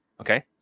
okay